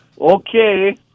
Okay